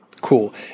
Cool